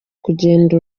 kugenda